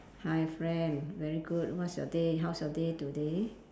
hi friend very good what's your day how's your day today